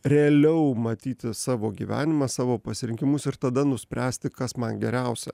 realiau matyti savo gyvenimą savo pasirinkimus ir tada nuspręsti kas man geriausia